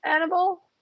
Annabelle